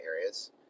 areas